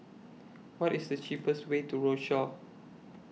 What IS The cheapest Way to Rochor